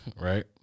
Right